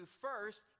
first